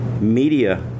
media